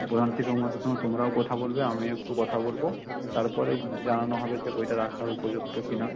প্রধান শিক্ষক মহাশয়ের সঙ্গে তোমরাও কথা বলবে আমিও একটু কথা বলব তারপরে জানানো হবে যে বইটা রাখার উপযুক্ত কি না